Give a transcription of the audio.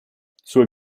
zur